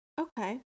Okay